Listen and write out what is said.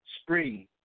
spring